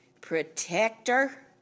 protector